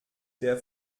der